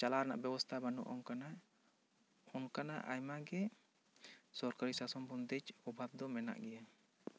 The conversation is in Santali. ᱪᱟᱞᱟᱣ ᱨᱮᱱᱟᱜ ᱵᱮᱵᱚᱥᱛᱷᱟ ᱵᱟᱹᱱᱩᱜᱼᱟ ᱚᱱᱠᱟᱱᱟᱜ ᱚᱱᱠᱟᱱᱟᱜ ᱟᱭᱢᱟ ᱜᱮ ᱥᱚᱨᱠᱟᱨᱤ ᱥᱟᱥᱚᱱ ᱵᱚᱱᱫᱮᱡᱽ ᱯᱨᱚᱵᱷᱟᱵ ᱫᱚ ᱢᱮᱱᱟᱜ ᱜᱤᱭᱟ